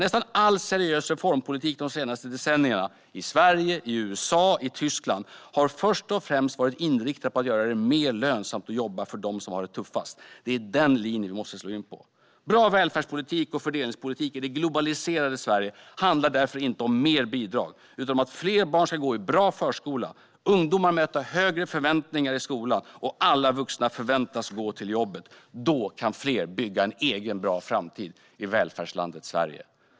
Nästan all seriös reformpolitik under de senaste decennierna i USA, Sverige och Tyskland har först och främst varit inriktad på att göra det mer lönsamt att jobba för dem som har det tuffast. Det är den linjen som vi måste slå in på. Bra välfärdspolitik och fördelningspolitik i det globaliserade Sverige handlar därför inte om mer bidrag, utan om att fler barn ska gå i bra förskolor, att ungdomar ska möta högre förväntningar i skolan och att alla vuxna förväntas gå till jobbet. Då kan fler bygga en egen bra framtid i välfärdslandet Sverige.